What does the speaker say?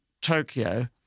Tokyo